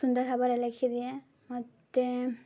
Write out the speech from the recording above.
ସୁନ୍ଦର ଭାବରେ ଲେଖିଦିଏ ମତେ